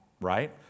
Right